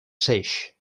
seix